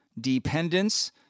dependence